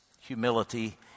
Humility